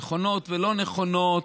נכונות ולא נכונות,